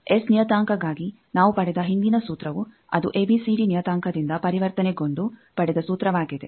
S ನಿಯತಾಂಕಗಾಗಿ ನಾವು ಪಡೆದ ಹಿಂದಿನ ಸೂತ್ರವು ಅದು ಎಬಿಸಿಡಿ ನಿಯತಾಂಕದಿಂದ ಪರಿವರ್ತನೆಗೊಂಡು ಪಡೆದ ಸೂತ್ರವಾಗಿದೆ